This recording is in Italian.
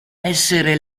essere